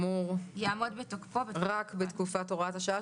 יעמוד בתוקפו --- רק בתקופת הוראת השעה,